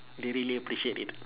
they really appreciate it